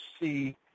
see